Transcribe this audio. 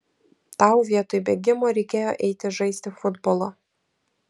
tau vietoj bėgimo reikėjo eiti žaisti futbolo